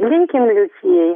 linkim liucijai